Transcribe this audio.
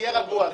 תהיה רגוע,